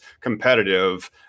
competitive